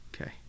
okay